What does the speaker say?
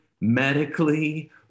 medically